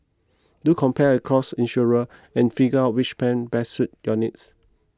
do compare across insurer and figure which plan best suits your needs